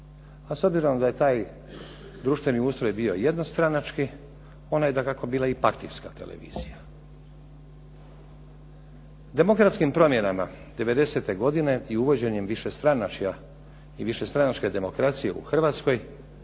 s obzirom da je taj društveni ustroj bio jednostranački ona je dakako bila i partijska televizija. Demokratskim promjenama '90. godine i uvođenjem višestranačja i višestranačke demokracije u Hrvatskoj,